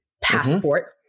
passport